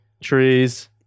trees